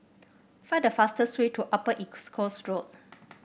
find the fastest way to Upper East Coast Road